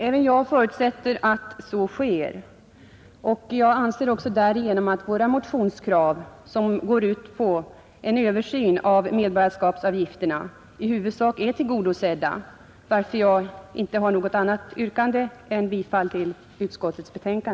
Även jag förutsätter att så sker, och jag anser också att våra motionskrav, som går ut på översyn av medborgarskapsavgifterna, därigenom i huvudsak är tillgodosedda, varför jag inte har något annat yrkande än om bifall till utskottets hemställan.